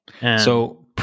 So-